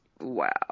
Wow